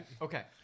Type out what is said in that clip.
Okay